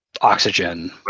oxygen